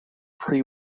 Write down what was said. pre